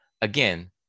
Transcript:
Again